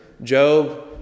Job